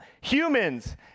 Humans